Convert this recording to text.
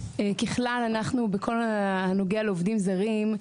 ככל אנחנו בכל הנוגע לעובדים זרים,